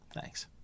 thanks